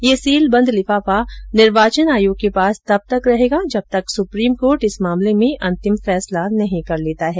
ये सील बंद लिफाफा निर्वाचन आयोग के पास तब तक रहेगा जब तक सुप्रीम कोर्ट इस मामले में अंतिम फैसला नहीं कर लेता है